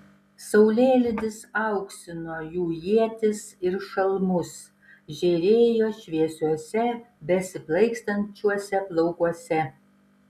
saulėlydis auksino jų ietis ir šalmus žėrėjo šviesiuose besiplaikstančiuose plaukuose